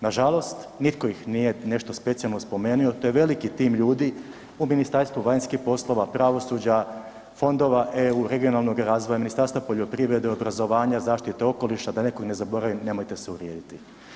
Nažalost, nitko ih nije nešto specijalno spomenuo, to je veliki tim u Ministarstvu vanjskih poslova, pravosuđa, fondova EU, regionalnog razvoja, Ministarstva poljoprivrede, obrazovanja, zaštite okoliša, da nekog ne zaboravim, nemojte se uvrijediti.